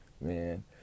man